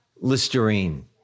Listerine